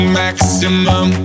maximum